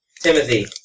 Timothy